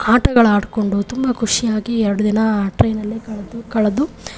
ಆಟಗಳು ಆಡಿಕೊಂಡು ತುಂಬ ಖುಷಿಯಾಗಿ ಎರಡು ದಿನ ಟ್ರೈನಲ್ಲೇ ಕಳೆದು ಕಳೆದವು